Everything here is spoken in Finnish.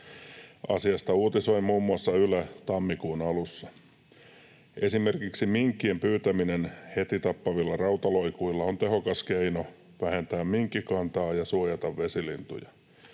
Asiasta uutisoi muun muassa Yle tammikuun alussa. Esimerkiksi minkkien pyytäminen heti tappavilla rautaloukuilla on tehokas keino vähentää minkkikantaa ja suojata vesilintuja.